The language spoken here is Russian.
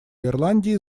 ирландии